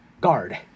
Guard